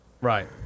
Right